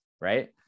right